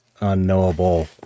unknowable